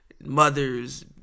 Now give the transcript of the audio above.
mothers